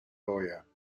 lawyer